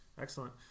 Excellent